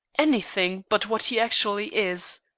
any thing but what he actually is.